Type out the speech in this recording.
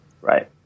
Right